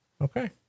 Okay